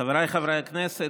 חבריי חברי הכנסת,